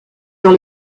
dans